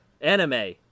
anime